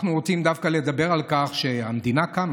אנחנו רוצים דווקא לדבר על כך שהמדינה קמה,